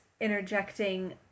interjecting